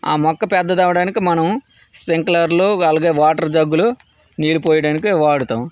ఆ మొక్క పెద్దది అవ్వడానికి మనం స్ప్రింక్లర్లు అలాగే వాటర్ జగ్గులు నీరు పోయడానికి వాడుతాం